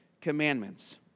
commandments